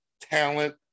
talent